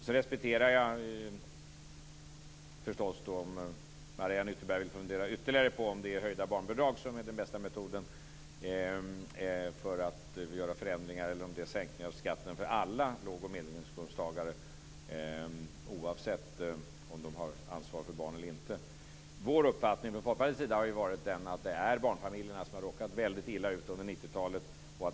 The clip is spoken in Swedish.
Jag respekterar förstås om Mariann Ytterberg vill fundera ytterligare på om det är höjda barnbidrag som är den bästa metoden för att göra förändringar eller om det är sänkningar av skatten för alla låg och medelinkomsttagare oavsett om de har ansvar för barn eller inte. Vår uppfattning från Folkpartiets sida har varit att det är barnfamiljerna som har råkat väldigt illa ut under 90-talet.